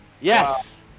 Yes